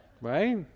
Right